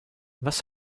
was